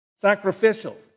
sacrificial